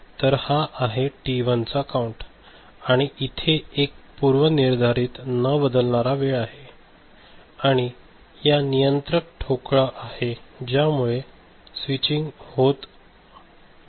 तर हा आहे टी1 चा काउन्ट आणि इथे एक पूर्वनिर्धारित न बदलणारा वेळ आहे आणि हा नियंत्रक ठोकळा आहे ज्या मुळे स्वीटचिंग होते